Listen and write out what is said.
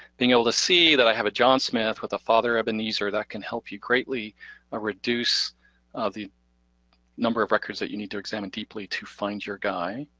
being able to see that i have a john smith with a father ebeneezer. that can help you greatly ah reduce the number of records that you need to examine deeply to find your guy,